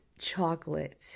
chocolate